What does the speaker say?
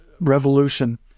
revolution